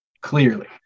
clearly